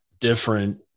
different